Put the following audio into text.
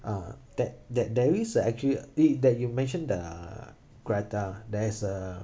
uh that that there is a actually that you mentioned the greta there is a